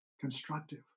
constructive